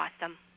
awesome